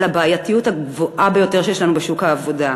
הבעייתיות הרבה ביותר שיש לנו בשוק העבודה,